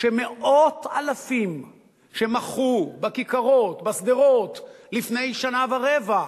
שמאות-אלפים שמחו בכיכרות, בשדרות, לפני שנה ורבע,